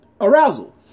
arousal